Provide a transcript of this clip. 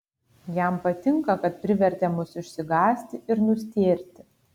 jam patinka kad privertė mus išsigąsti ir nustėrti